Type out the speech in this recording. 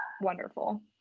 wonderful